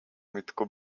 мэдэхгүй